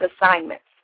assignments